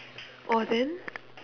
oh then